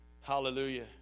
Hallelujah